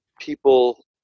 people